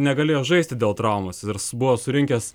negalėjo žaisti dėl traumos virs buvo surinkęs